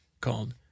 called